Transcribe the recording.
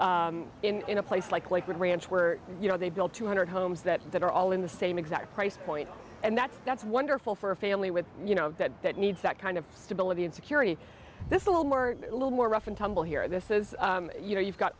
see in a place like lakewood ranch where you know they built two hundred homes that that are all in the same exact price point and that's that's wonderful for a family with you know that that needs that kind of stability and security this little more a little more rough and tumble here this is you know you've got